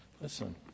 Listen